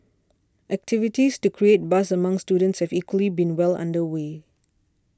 activities to create buzz among students have equally been well under way